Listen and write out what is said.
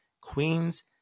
Queens